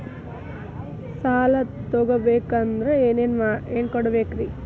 ಸಾಲ ತೊಗೋಬೇಕಂದ್ರ ಏನೇನ್ ಕೊಡಬೇಕ್ರಿ?